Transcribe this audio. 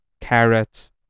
carrots